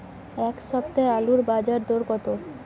এ সপ্তাহে আলুর বাজার দর কত?